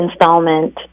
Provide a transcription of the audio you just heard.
installment